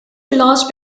large